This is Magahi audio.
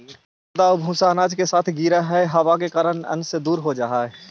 जे गर्दा आउ भूसा अनाज के साथ गिरऽ हइ उ हवा के कारण अन्न से दूर गिरऽ हइ